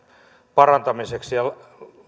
parantamiseksi ja